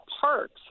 parks